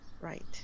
right